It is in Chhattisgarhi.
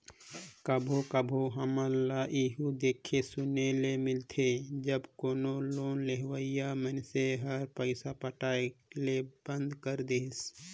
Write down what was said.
कभों कभों हमन ल एहु देखे सुने ले मिलथे जब कोनो लोन लेहोइया मइनसे हर पइसा पटाए ले बंद कइर देहिस